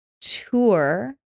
tour